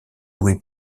doué